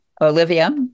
Olivia